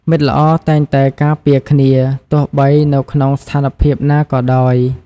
មិត្តល្អតែងតែការពារគ្នា ទោះបីនៅក្នុងស្ថានភាពណាក៏ដោយ។